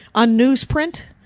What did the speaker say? on newsprint,